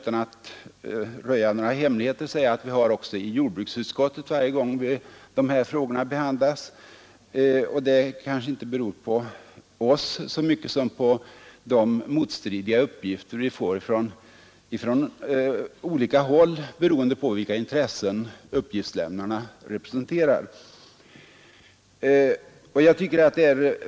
Utan att röja några hemligheter kan jag väl säga att vi i jordbruksutskottet har denna förvirrade debatt varje gång dessa frågor behandlas. Det kanske inte beror så mycket på oss som på de motstridiga uppgifter vi får från olika håll beroende på vilka intressen uppgiftslämnarna representerar.